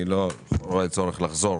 אני לא רואה צורך לחזור